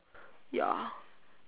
ya